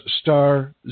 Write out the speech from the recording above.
star